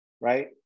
right